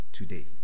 today